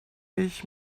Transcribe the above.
ich